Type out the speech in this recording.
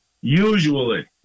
Usually